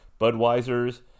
Budweiser's